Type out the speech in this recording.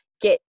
get